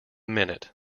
minute